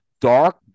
dark